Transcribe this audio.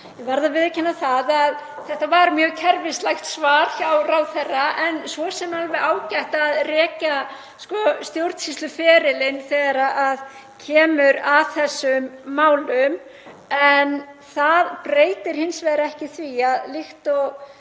Ég verð að viðurkenna það að þetta var mjög kerfislægt svar hjá ráðherra en svo sem alveg ágætt að rekja stjórnsýsluferlið þegar kemur að þessum málum. En það breytir hins vegar ekki því að líkt og